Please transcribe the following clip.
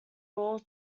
rules